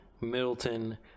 middleton